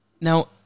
Now